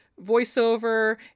voiceover